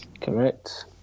Correct